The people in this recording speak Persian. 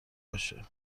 باشه